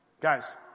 Guys